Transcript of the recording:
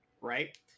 right